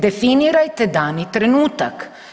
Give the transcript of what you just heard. Definirajte dani trenutak.